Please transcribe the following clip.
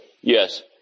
Yes